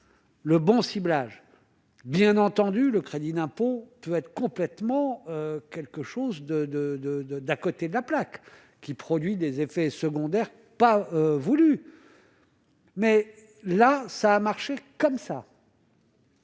le bon ciblage, bien entendu, le crédit d'impôt peut être complètement quelque chose de, de, de, de, d'à côté de la plaque qui produit des effets secondaires, pas voulu. Mais là, ça a marché comme ça.